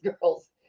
girls